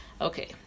Okay